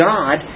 God